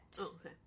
okay